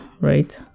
right